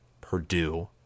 Purdue